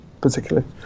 particularly